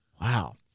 Wow